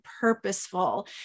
purposeful